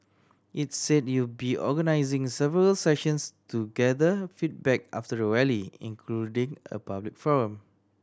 it said it will be organising several sessions to gather feedback after the Rally including a public forum